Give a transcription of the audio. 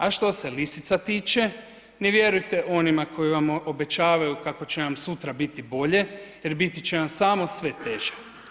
A što se lisica tiče, ne vjerujte onima koji vam obećavaju kako će vam sutra biti bolje jer biti će vam samo sve teže.